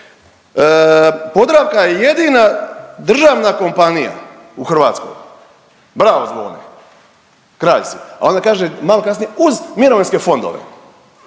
Podravka je jedina državna kompanija u Hrvatskoj, bravo Zvone, kralj si. A onda kaže, malo kasnije uz mirovinske fondove.